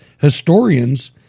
historians